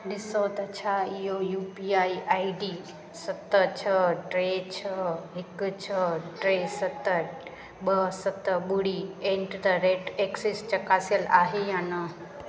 ॾिसो त छा इहो यूपीआई आईडी सत छह ट्रे छह हिकु छह ट्रे सत ॿ सत ॿुड़ी एट द रेट एक्सिस चकासियल आहे या न